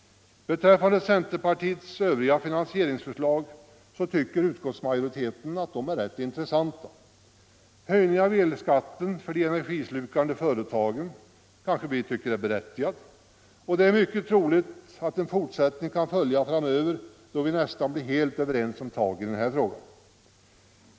Beträffande centerpartiets övriga finansieringsförslag så tycker utskottsmajoriteten att de är rätt intressanta. Höjningen av elskatten för de energislukande företagen kanske vi tycker är berättigad, och det är mycket troligt att en fortsättning kan följa framöver då vi nästan blir helt överens om tagen i den här frågan.